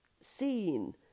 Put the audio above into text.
seen